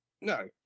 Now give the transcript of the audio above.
No